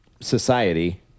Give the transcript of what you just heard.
society